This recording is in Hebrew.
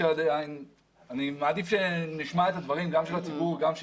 אני מעדיף שנשמע את דברי הציבור וגם את